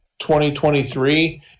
2023